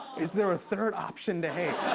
is there a third option to hate?